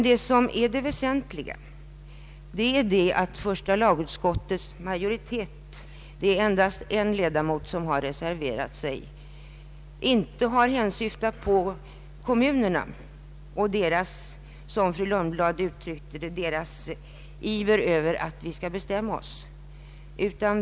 Det väsentliga är dock att första lagutskottets majoritet — endast en ledamot har reserverat sig — inte har hänsyftat på kommunerna och, som fru Lundblad uttryckte det, deras iver att riksdagen skulle bestämma sig.